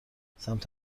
سمت